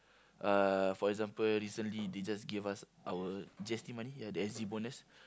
uh for example recently they just gave us our G_S_T money ya the S_G Bonus